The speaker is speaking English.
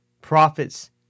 prophets